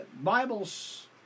Bibles